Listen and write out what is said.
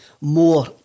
More